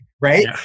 right